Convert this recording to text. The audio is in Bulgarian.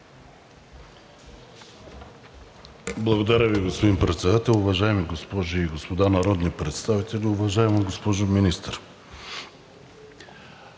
Благодаря Ви, господин Председател. Уважаеми госпожи и господа народни представители, уважаеми господин Министър,